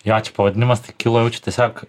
jo ačiū pavadinimas tai kilo jau čia tiesiog